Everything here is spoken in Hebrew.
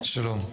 שלום.